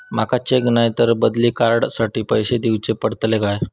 माका चेक नाय तर बदली कार्ड साठी पैसे दीवचे पडतले काय?